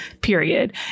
period